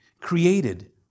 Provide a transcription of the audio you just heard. created